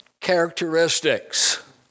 characteristics